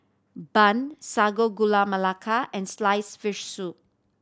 Bun Sago Gula Melaka and sliced fish soup